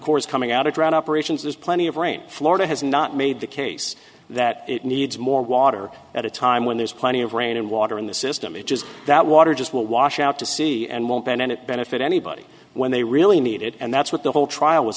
corps coming out of run operations there's plenty of rain florida has not made the case that it needs more water at a time when there's plenty of rain and water in the system it's just that water just washed out to sea and won't bend and it benefit anybody when they really need it and that's what the whole trial was